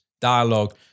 dialogue